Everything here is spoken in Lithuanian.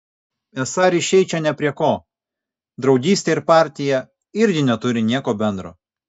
esą ryšiai čia nė prie ko draugystė ir partija irgi neturi nieko bendro